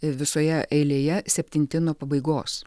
visoje eilėje septinti nuo pabaigos